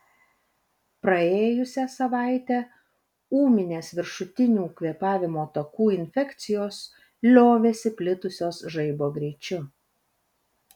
praėjusią savaitę ūminės viršutinių kvėpavimo takų infekcijos liovėsi plitusios žaibo greičiu